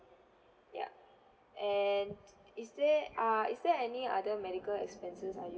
yup and is there uh is there any other medical expenses are you